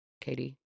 Katie